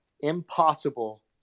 impossible